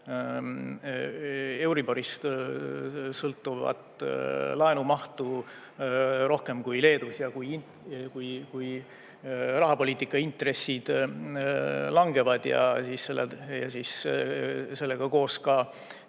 euriborist sõltuvat laenumahtu rohkem kui Leedus. Kui rahapoliitika intressid langevad ja sellega koos ka